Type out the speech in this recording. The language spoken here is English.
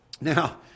Now